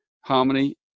harmony